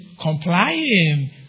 complying